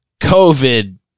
covid